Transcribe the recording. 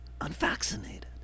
unvaccinated